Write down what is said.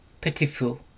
pitiful